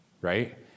right